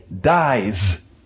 dies